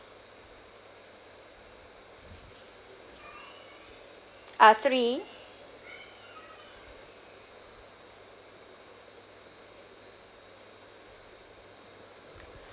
ah three